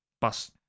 bus